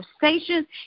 conversations